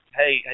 hey